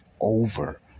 over